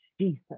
Jesus